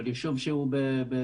אבל יישוב שהוא 2-1,